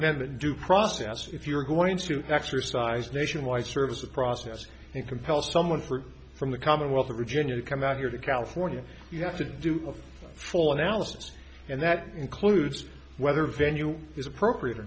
amendment due process if you're going to exercise nationwide service of process and compel someone for from the commonwealth of virginia to come out here to california you have to do a full analysis and that includes whether the venue is appropriate or